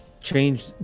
change